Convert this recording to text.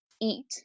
eat